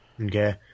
Okay